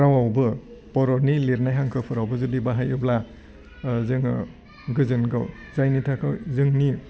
रावावबो बर'नि लिरनाय हांखोफोरावबो जुदि बाहायोब्ला जोङो गोजोनगौ जायनि थाखाय जोंनि